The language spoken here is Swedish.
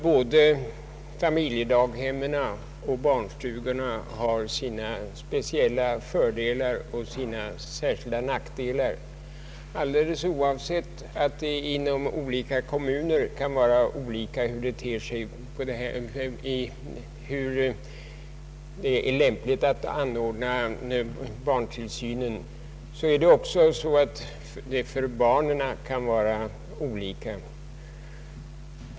Både familjedaghemmen och barnstugorna har sina speciella fördelar och nackdelar. Alldeles oavsett hur det inom olika kommuner kan vara lämpligt att anordna barntillsynen, är förhållandena olika också för barnen.